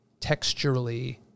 texturally